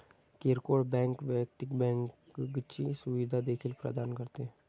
किरकोळ बँक वैयक्तिक बँकिंगची सुविधा देखील प्रदान करते